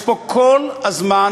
אני רוצה לומר דבר אחד: יש פה כל הזמן